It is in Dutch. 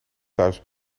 thuis